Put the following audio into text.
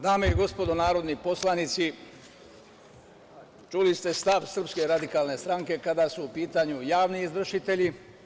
Dame i gospodo narodni poslanici, čuli ste stav SRS kada su u pitanju javni izvršitelji.